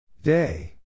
Day